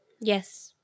yes